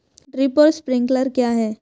Drip और sprinkler क्या हैं?